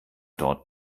dort